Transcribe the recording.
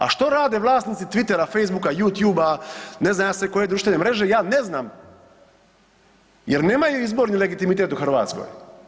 A što rade vlasnici Twittera, Facebooka, Youtubea, ne znam ja sve koje društvene mreže ja ne znam jer nemaju izborni legitimitet u Hrvatskoj?